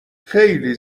خیلی